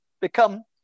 become